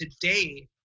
today